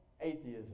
atheism